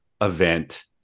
event